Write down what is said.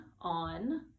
on